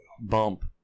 Bump